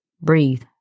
breathe